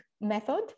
method